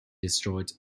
destroyed